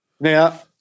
Now